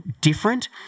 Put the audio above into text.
different